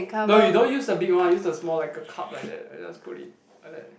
no you don't use the big one use the small like a cup like that I just put it like that